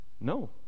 No